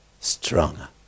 stronger